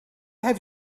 have